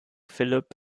philipp